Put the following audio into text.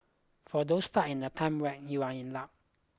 for those stuck in a time wrap you are in luck